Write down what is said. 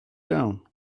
down